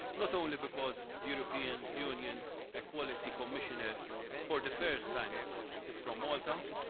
not only because the european union equality commissioner for the first time is from malta,